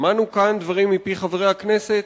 שמענו כאן דברים מפי חברי הכנסת.